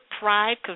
pride